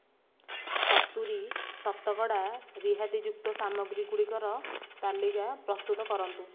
ସତୁରୀ ଶତକଡ଼ା ରିହାତିଯୁକ୍ତ ସାମଗ୍ରୀଗୁଡ଼ିକର ତାଲିକା ପ୍ରସ୍ତୁତ କରନ୍ତୁ